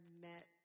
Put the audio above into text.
met